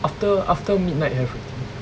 after after midnight have already